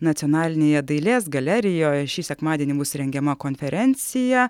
nacionalinėje dailės galerijoje šį sekmadienį bus rengiama konferencija